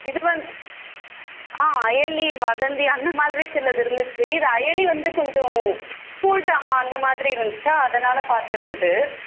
இது வந்து ஆ அயலி வதந்தி அந்த மாதிரி சிலது இருந்துச்சு இது அயலி வந்து கொஞ்சம் ஸ்கூல் ட்ராமா அந்த மாதிரி இருந்துச்சா அதனால் பார்த்துருந்துது